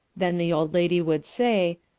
then the old lady would say,